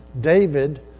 David